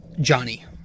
Johnny